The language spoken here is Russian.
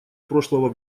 прошлого